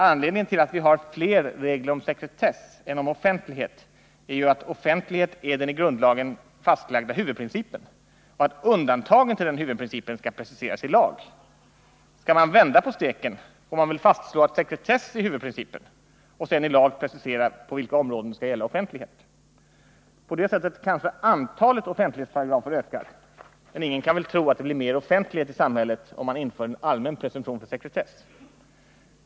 Anledningen till att vi har fler regler om sekretess än om offentlighet är ju att offentlighet är den i grundlagen fastlagda huvudprincipen och att undantagen från den huvudprincipen skall preciseras i lag. Skall man vända på steken, får man väl fastslå sekretess som huvudprincip och sedan i lag precisera på vilka områden det skall gälla offentlighet. På det sättet kanske antalet offentlighetsparagrafer ökar, men ingen kan väl tro att det blir mer offentlighet i samhället om maniinför en allmän presumtion för sekretess.